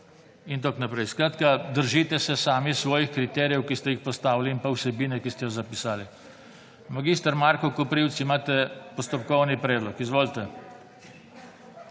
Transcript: In tako naprej. Skratka, držite se sami svojih kriterijev, ki ste jih postavili in pa vsebine, ki ste jo zapisali. Mag. Marko Koprivc, imate postopkovni predlog. Izvolite.